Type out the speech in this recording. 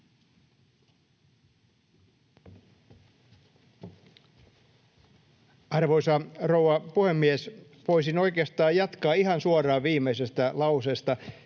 Arvoisa rouva puhemies! Voisin oikeastaan jatkaa ihan suoraan viimeisestä lauseesta.